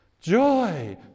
Joy